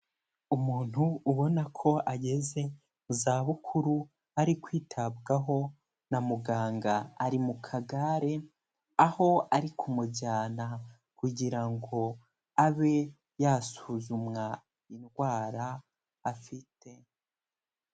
Umuntu ubona ko ageze mu zabukuru, ari kwitabwaho na muganga, ari mu kagare, aho ari kumujyana, kugira ngo abe yasuzumwa indwara afite.